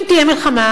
אם תהיה מלחמה,